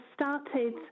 started